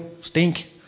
stink